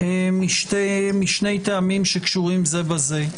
משני טעמים הקשורים זה בזה.